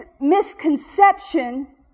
misconception